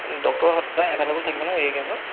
ডক্টৰৰ হতুৱাই এভেইলেব'ল থাকিব ন এইকেইদিনত